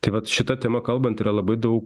tai vat šita tema kalbant yra labai daug